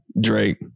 Drake